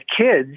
kids